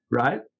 right